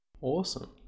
Awesome